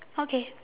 okay